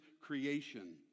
creation